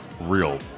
real